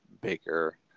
Baker